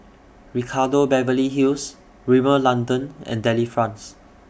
Ricardo Beverly Hills Rimmel London and Delifrance